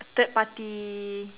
third party